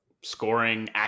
scoring